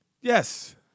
Yes